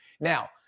now